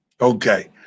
Okay